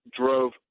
drove